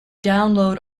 download